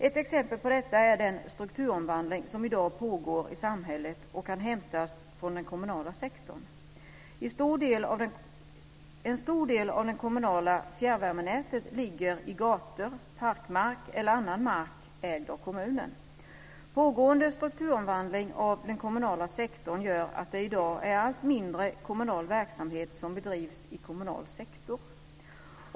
Ett exempel på detta är den stukturomvandling som i dag pågår i samhället i bl.a. den kommunala sektorn. En stor del av det kommunala fjärrvärmenätet ligger i gator, parkmark eller annan mark ägd av kommunen. Pågående strukturomvandling i den kommunala sektorn gör att det i dag är allt mindre kommunal verksamhet som bedrivs i kommunal sektor.